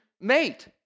mate